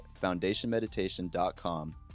foundationmeditation.com